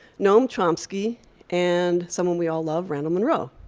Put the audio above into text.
noam chomsky and someone we all love, randall monroe.